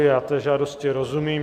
Já té žádosti rozumím.